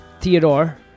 Theodore